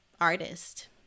artist